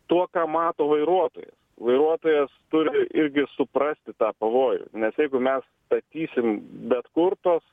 tuo ką mato vairuotojas vairuotojas turi irgi suprasti tą pavojų nes jeigu mes statysim bet kur tuos